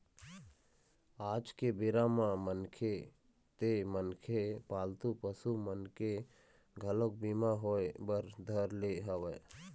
आज के बेरा म मनखे ते मनखे पालतू पसु मन के घलोक बीमा होय बर धर ले हवय